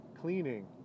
cleaning